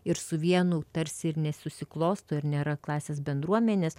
ir su vienu tarsi ir nesusiklosto ir nėra klasės bendruomenės